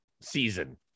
season